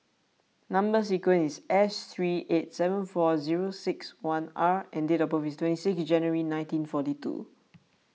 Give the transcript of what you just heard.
Number Sequence is S three eight seven four zero six one R and date of birth is twenty six January nineteen forty two